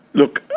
look,